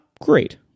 great